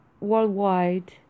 worldwide